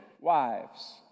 wives